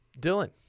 Dylan